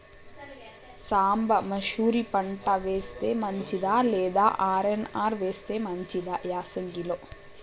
సాంబ మషూరి పంట వేస్తే మంచిదా లేదా ఆర్.ఎన్.ఆర్ వేస్తే మంచిదా యాసంగి లో?